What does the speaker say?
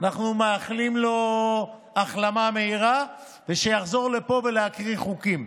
אנחנו מאחלים לו החלמה מהירה ושיחזור לפה להקריא חוקים.